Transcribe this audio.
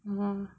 ohh